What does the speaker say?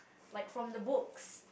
like from the books